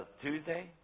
Tuesday